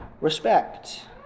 respect